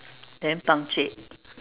then punctuate